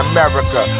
America